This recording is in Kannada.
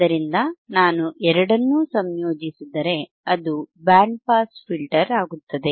ಆದ್ದರಿಂದ ನಾನು ಎರಡನ್ನೂ ಸಂಯೋಜಿಸಿದರೆ ಅದು ಬ್ಯಾಂಡ್ ಪಾಸ್ ಫಿಲ್ಟರ್ ಆಗುತ್ತದೆ